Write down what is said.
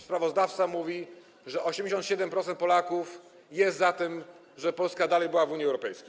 Sprawozdawca mówi, że 87% Polaków jest za tym, żeby Polska dalej była w Unii Europejskiej.